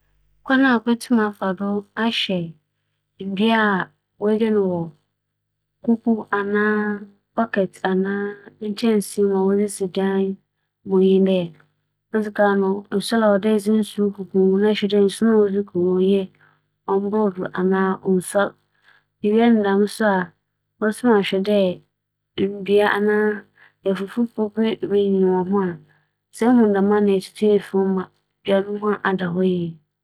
Sɛ meedua biribi a medze si me dan mu a, kwan a mebɛfa do m'akora do ma ͻnkɛsɛ nye dɛ, medze besi beebi a ewia si. ͻno ekyir no, anapa biara mosoɛr a, medze nsu bogugu ho na mebɛpɛ biribi a medze bogu do a obenyin frͻmfrͻmfrͻm na ͻfata dɛ mututu ho efuw biara so a, mobͻtutu no ho efuw biara efi ho.